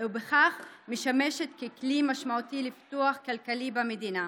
ובכך משמש ככלי משמעותי לפיתוח כלכלי במדינה.